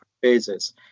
phases